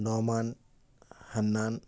Noman Hannan